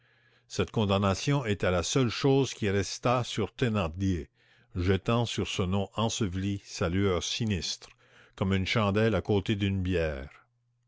cette condamnation était la seule chose qui restât sur thénardier jetant sur ce nom enseveli sa lueur sinistre comme une chandelle à côté d'une bière